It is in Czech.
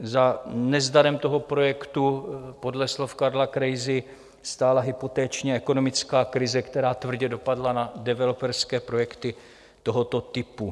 Za nezdarem toho projektu podle slov Karla Krejzy stála hypoteční a ekonomická krize, která tvrdě dopadla na developerské projekty tohoto typu.